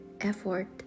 effort